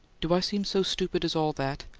do i seem so stupid as all that?